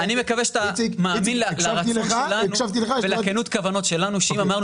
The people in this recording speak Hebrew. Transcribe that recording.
אני מקווה שאתה מאמין לרצון שלנו ולכנות הכוונות שלנו שאם אמרנו